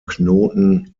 knoten